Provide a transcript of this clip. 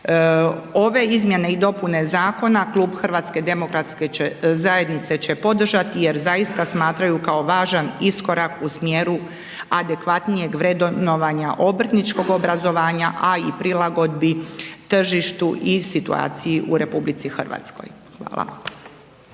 Ove izmjene i dopune zakona Kluba HDZ-a će podržati jer zaista smatraju kao važan iskorak u smjeru adekvatnijeg vrednovanja obrtničkog obrazovanja, a i prilagodbi tržištu i situaciji u RH. Hvala.